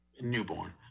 newborn